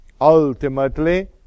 Ultimately